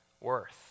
worth